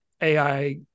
AI